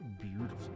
Beautiful